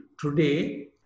today